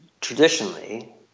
traditionally